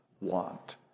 want